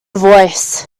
voice